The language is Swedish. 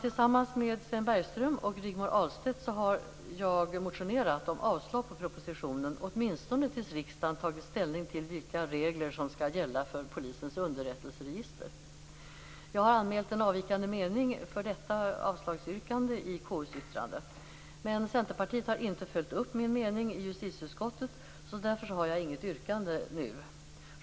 Tillsammans med Sven Bergström och Rigmor Ahlstedt har jag motionerat om avslag på propositionen, åtminstone tills riksdagen har tagit ställning till vilka regler som skall gälla för polisens underrättelseregister. Jag har anmält en avvikande mening beträffande detta avslagsyrkande i konstitutionsutskottets yttrande. Men Centerpartiet har inte följt upp min mening i justitieutskottet. Därför har jag inget yrkande nu.